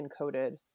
encoded